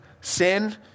sin